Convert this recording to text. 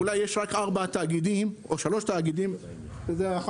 אולי יש רק ארבעה או שלושה תאגידים שפועלים,